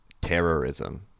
terrorism